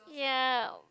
ya